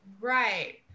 Right